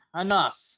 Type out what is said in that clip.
Enough